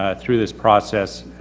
ah through this process,